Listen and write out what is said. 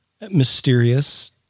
mysterious